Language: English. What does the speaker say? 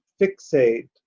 fixate